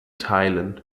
teilen